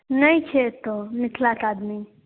नहि छै एतय मिथलाक आदमी